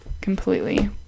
completely